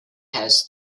has